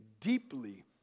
deeply